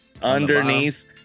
Underneath